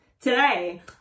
Today